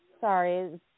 Sorry